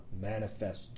manifest